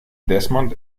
desmond